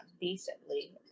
decently